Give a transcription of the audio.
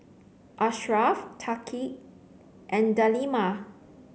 Asharaff Thaqif and Delima